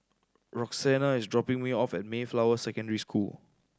Roxanna is dropping me off at Mayflower Secondary School